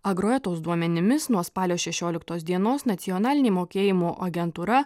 agruetos duomenimis nuo spalio šešioliktos dienos nacionalinė mokėjimo agentūra